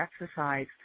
exercise